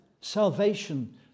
salvation